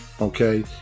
Okay